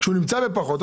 כשהמספר פחות,